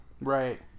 Right